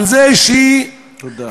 על זה שהיא, תודה.